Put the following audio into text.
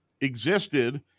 existed